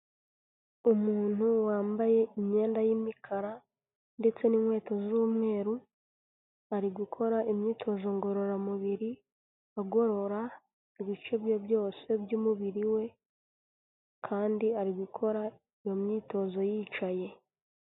Umuntu wambaye imyenda y'imikara ndetse n'inkweto z'umweru, ari gukora imyitozo ngororamubiri agorora ibice bye byose by'umubiri we kandi ari gukora iyo myitozo yicaye.